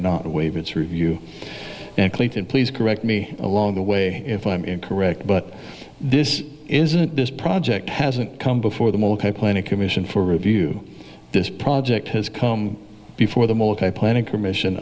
not waive its review and clinton please correct me along the way if i'm incorrect but this isn't this project hasn't come before the most planning commission for review this project has come before the most high planning commission